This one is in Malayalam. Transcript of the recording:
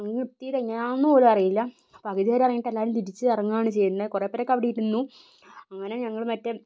അങ്ങ് എത്തിയത് എങ്ങനാന്ന് പോലും അറിയില്ല പകുതി വരെ ഇറങ്ങിട്ട് എല്ലാരും തിരിച്ചു ഇറങ്ങാണ് ചെയ്യുന്നെ കുറെ പേരൊക്കെ അവിടെ ഇരുന്നു അങ്ങനെ ഞങ്ങള് മറ്റേ